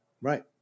Right